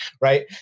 Right